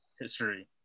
history